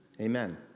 Amen